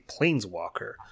planeswalker